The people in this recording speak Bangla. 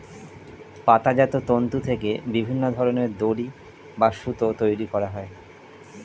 পাতাজাত তন্তু থেকে বিভিন্ন ধরনের দড়ি বা সুতো তৈরি করা হয়